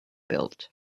built